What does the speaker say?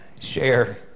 share